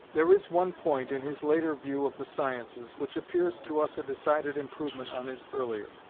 there is one point in his later view of the sciences, which appears to us a decided improvement on his earlier.